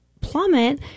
Plummet